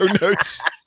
notes